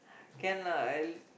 can lah at